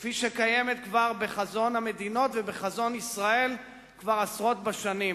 כפי שקיימת בחזון המדינות ובחזון ישראל כבר עשרות בשנים.